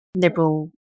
liberal